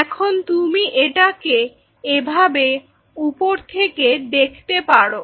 এখন তুমি এটাকে এভাবে উপর থেকে দেখতে পারো